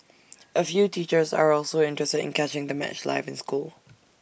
A few teachers are also interested in catching the match live in school